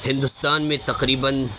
ہندوستان میں تقریباً